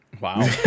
Wow